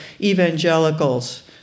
evangelicals